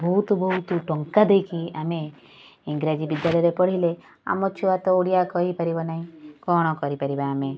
ବହୁତ ବହୁତ ଟଙ୍କା ଦେଇକି ଆମେ ଇଂଗ୍ରାଜୀ ବିଦ୍ୟାଳୟରେ ପଢ଼ାଇଲେ ଆମ ଛୁଆ ତ ଓଡ଼ିଆ କହିପାରିବ ନାହିଁ କ'ଣ କରିପାରିବା ଆମେ